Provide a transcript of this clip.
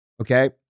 okay